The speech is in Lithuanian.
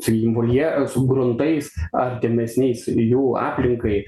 sakykim volje su gruntais artimesniais jų aplinkai